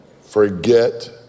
forget